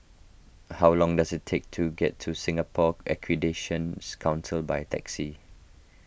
how long does it take to get to Singapore Accreditation Council by taxi